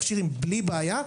בלי בעיה,